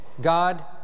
God